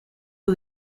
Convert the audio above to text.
who